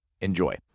Enjoy